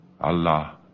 Allah